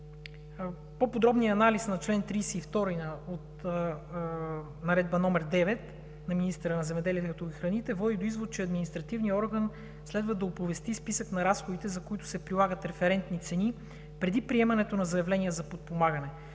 По-подробният анализ на чл. 32 от Наредба № 9 на министъра на земеделието и храните води до извод, че административният орган следва да оповести списък на разходите, за които се прилагат референтни цени, преди приемането на заявления за подпомагане,